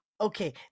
Okay